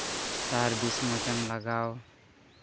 ᱥᱟᱦᱟᱨ ᱵᱮᱥ ᱢᱚᱡᱽ ᱮᱢ ᱞᱟᱜᱟᱣ